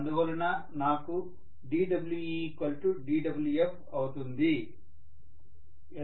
అందువలన నాకు dWedWf అవుతుంది